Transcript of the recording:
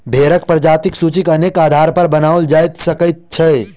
भेंड़क प्रजातिक सूची अनेक आधारपर बनाओल जा सकैत अछि